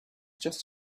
just